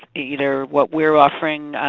either what we're offering.